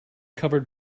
covered